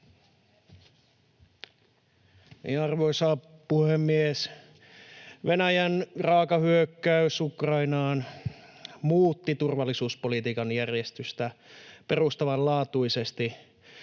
Arvoisa puhemies! Venäjän raaka hyökkäys Ukrainaan muutti turvallisuuspolitiikan järjestystä perustavanlaatuisesti.